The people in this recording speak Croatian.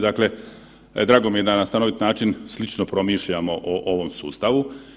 Dakle, drago mi je da na stanovit način slično promišljamo o ovom sustavu.